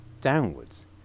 downwards